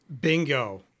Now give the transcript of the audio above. Bingo